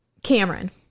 Cameron